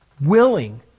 willing